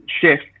shift